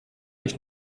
ich